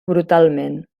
brutalment